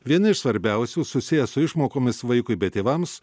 vieni iš svarbiausių susiję su išmokomis vaikui bei tėvams